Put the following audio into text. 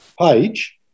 page